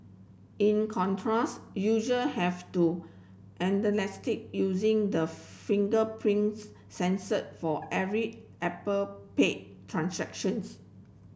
in contrast usual have to using the fingerprint sensor for every Apple Pay transactions